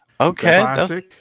Okay